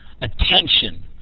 attention